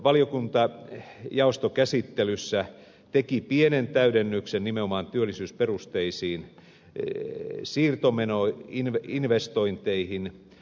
valiokunta jaostokäsittelyssä teki pienen täydennyksen nimenomaan työllisyysperusteisiin investointeihin